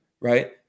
right